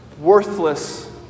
worthless